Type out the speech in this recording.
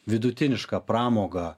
vidutinišką pramogą